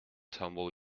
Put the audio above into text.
tumbled